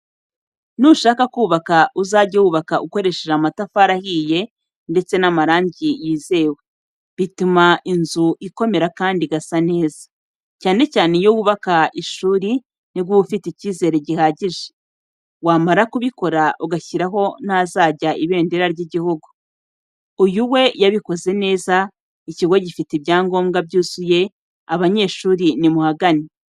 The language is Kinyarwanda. Nushaka kubaka uzage wubaka ukoresheje amatafari ahiye ndetse n'amarangi yizewe, bituma inzu ikomera kandi igasa neza, cyane cyane iyo wubaka ishuri nibwo uba ufite icyizere gihagije, wamara kubikora ugashyiraho n'ahazajya ibendera ry'igihugu. Uyu we yabikoze neza ikigo gifite ibyangombwa byuzuye abanyeshuri nimuhagane.